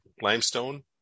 limestone